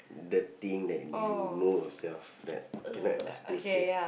the thing that you know yourself that cannot expose say